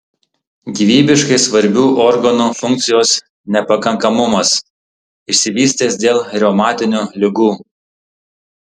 gyvybiškai svarbių organų funkcijos nepakankamumas išsivystęs dėl reumatinių ligų